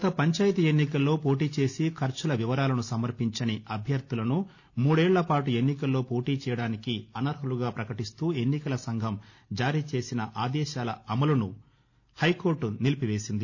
గత పంచాయతీ ఎన్నికల్లో పోటీ చేసి ఖర్పుల వివరాలను సమర్పించని అభ్యర్థులను మూడేళ్లపాటు ఎన్నికల్లో పోటీచేయడానికి అనర్తులుగా పకటిస్తూ ఎన్నికల సంఘం జారీ చేసిన ఆదేశాల అమలును హైకోర్తు నిలిపివేసింది